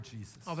Jesus